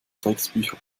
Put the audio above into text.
drecksbücher